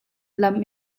lam